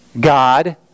God